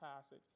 passage